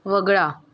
वगळा